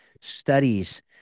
studies